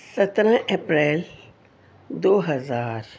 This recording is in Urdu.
سترہ اپریل دو ہزار